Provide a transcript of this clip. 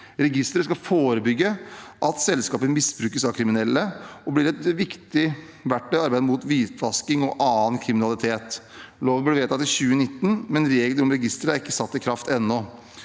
Registeret skal forebygge at selskaper misbrukes av kriminelle, og blir et viktig verktøy i arbeidet mot hvitvasking og annen kriminalitet. Loven ble vedtatt i 2019, men reglene om registeret er ikke satt i kraft ennå.